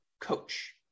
Coach